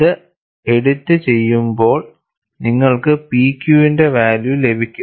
ഇത് എഡിറ്റു ചെയ്യുമ്പോൾ നിങ്ങൾക്ക് P Q ന്റെ വാല്യൂ ലഭിക്കും